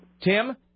Tim